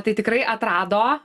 tai tikrai atrado